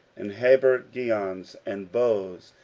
and habergeons, and bows,